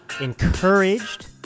encouraged